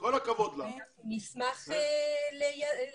ונשמח להיענות למרכז.